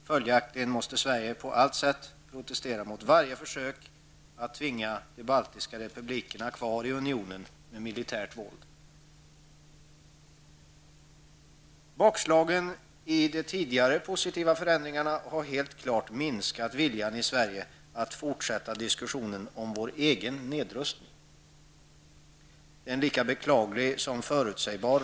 Följaktligen måste Sverige på alla sätt protestera mot varje försök att med militärt våld tvinga de baltiska republikerna kvar i unionen. Bakslagen i fråga om de tidigare positiva förändringarna har helt klart minskat viljan hos oss i Sverige att fortsätta diskussionen om vår egen nedrustning. Det är en reaktion som är lika beklaglig som den är förutsägbar.